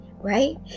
Right